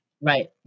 Right